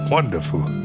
Wonderful